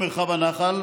תרחיש.